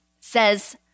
says